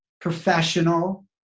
professional